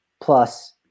plus